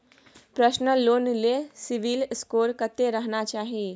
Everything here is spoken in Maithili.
पर्सनल लोन ले सिबिल स्कोर कत्ते रहना चाही?